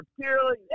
purely